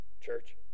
Church